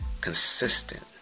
consistent